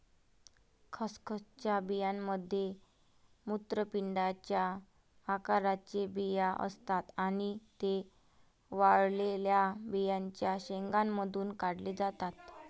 खसखसच्या बियांमध्ये मूत्रपिंडाच्या आकाराचे बिया असतात आणि ते वाळलेल्या बियांच्या शेंगांमधून काढले जातात